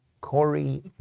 Corey